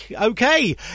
Okay